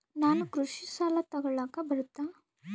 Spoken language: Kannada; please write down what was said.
ನಾನು ಕೃಷಿ ಸಾಲ ತಗಳಕ ಬರುತ್ತಾ?